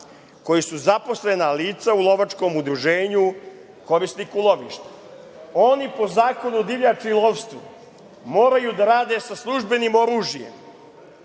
koji su zaposlena lica u lovačkom udruženju korisniku lovišta. Oni po Zakonu o divljači i lovstvu moraju da rade sa službenim oružjem